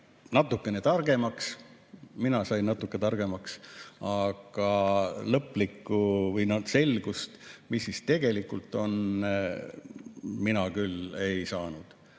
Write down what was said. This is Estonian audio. natukene targemaks, mina sain natukene targemaks, aga lõplikku selgust, mis siis tegelikult on, mina küll ei saanud.